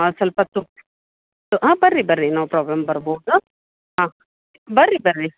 ಸ್ವಲ್ಪ ತುಪ್ಪ ಹಾಂ ಬನ್ರಿ ಬನ್ರಿ ನೋ ಪ್ರಾಬ್ಲಮ್ ಬರ್ಬೌದು ಹಾಂ ಬನ್ರಿ ಬನ್ರಿ